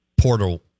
portal